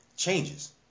changes